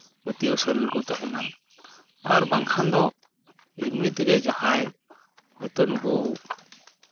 ᱯᱟᱹᱛᱭᱟᱹᱣ ᱥᱟᱹᱨᱤ ᱨᱮᱠᱚ ᱛᱟᱦᱮᱱᱟ ᱟᱨ ᱵᱟᱝᱠᱷᱟᱱ ᱫᱚ ᱮᱢᱱᱤ ᱛᱮᱜᱮ ᱡᱟᱦᱟᱸᱭ ᱦᱚᱭᱛᱳ ᱱᱩᱠᱩ